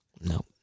No